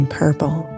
purple